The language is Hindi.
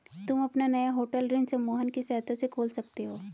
तुम अपना नया होटल ऋण समूहन की सहायता से खोल सकते हो